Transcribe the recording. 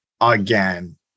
again